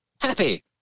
Happy